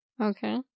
Okay